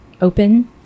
open